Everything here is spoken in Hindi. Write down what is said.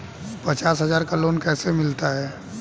पचास हज़ार का लोन कैसे मिलता है?